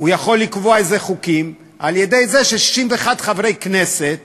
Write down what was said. הוא יכול לקבוע איזה חוקים על-ידי זה ש-61 חברי כנסת